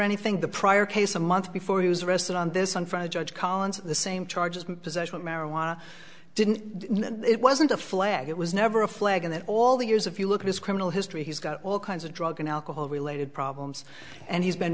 anything the prior case a month before he was arrested on this one from the judge collins the same charges possession of marijuana didn't it wasn't a flag it was never a flag and then all the years if you look at his criminal history he's got all kinds of drug and alcohol related problems and he's been